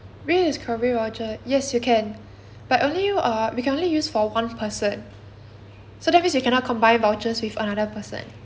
rediscovery voucher yes you can but only err we can only use for one person so that means you cannot combine vouchers with another person